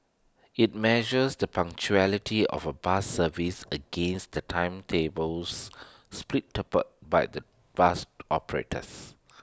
IT measures the punctuality of A bus services against the timetables by the bus operators